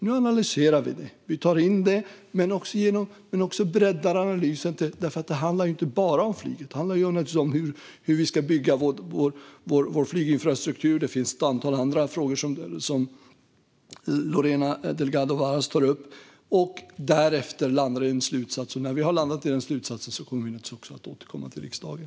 Nu analyserar vi det och tar in det, men vi breddar också analysen. Det handlar inte bara om flyget, utan det handlar också om hur vi ska bygga vår flyginfrastruktur. Det finns även ett antal andra frågor som Lorena Delgado Varas tar upp. Därefter landar vi i en slutsats. När vi har landat i den slutsatsen kommer vi naturligtvis att återkomma till riksdagen.